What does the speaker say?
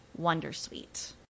Wondersuite